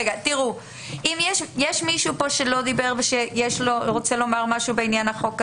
האם יש פה מישהו שלא דיבר ורוצה לומר משהו בעניין החוק הזה?